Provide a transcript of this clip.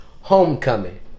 Homecoming